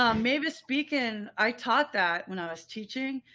um maybe speaking. i taught that when i was teaching.